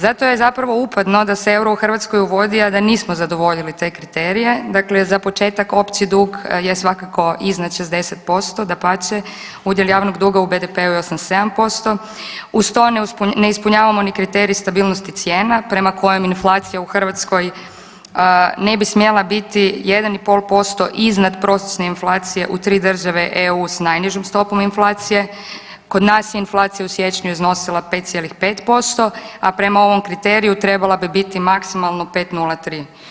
Zato je zapravo uputno da se euro u Hrvatskoj uvodi, a da nismo zadovoljili te kriterije, dakle za početak opći dug je svakako iznad 60%, dapače, udjel ravnog duga u BDP-u je 87%, uz to ne ispunjavamo ni kriterij stabilnosti cijena prema kojem inflacija u Hrvatskoj ne bi smjela biti 1,5% iznad prosječne inflacije u 3 države EU s najnižom stopom inflacije, kod nas je inflacija u siječnju iznosila 5,5%, a prema ovom kriteriju trebala bi biti maksimalno 5,03.